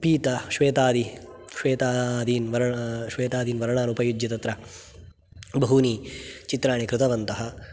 पीतश्वेतादि श्वेतादीन् वर्णा श्वेतादीन् वर्णानुपयुज्य तत्र बहूनि चित्राणि कृतवन्तः